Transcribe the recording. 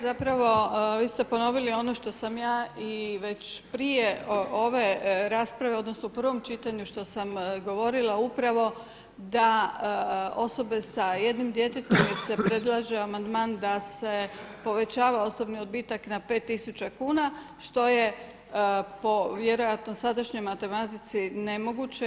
Zapravo vi ste ponovili ono što sam ja i već prije ove rasprave, odnosno u prvom čitanju što sam govorila upravo da osobe sa jednim djetetom, jer se predlaže amandman da se povećava osobni odbitak na 5000 kuna što je po vjerojatno sadašnjoj matematici nemoguće.